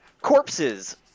corpses